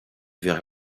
vers